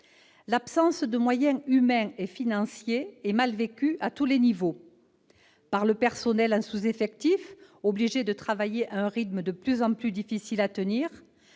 L'absence de moyens humains et financiers est mal vécue à tous les échelons : par le personnel en sous-effectif, obligé de travailler à un rythme de plus en plus difficile à tenir,